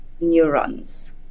neurons